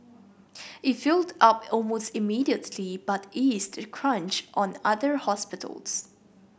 it filled up almost immediately but eased the crunch on other hospitals